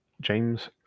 James